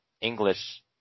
English